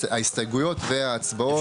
ההסתייגויות וההצבעות.